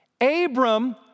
Abram